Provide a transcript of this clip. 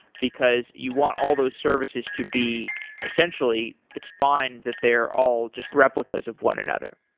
because you want all those services to be, essentially, it's fine that they're all just replicas of one another.